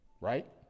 Right